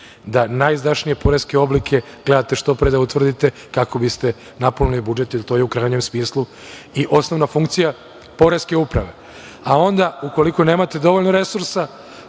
da najizdašnije poreske oblike gledate što pre da utvrdite kako biste napunili budžet, jer to je u krajnjem smislu i osnovna funkcija Poreske uprave, a onda ukoliko nemate dovoljno resursa,